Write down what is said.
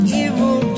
evil